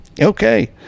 Okay